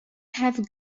have